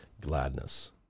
gladness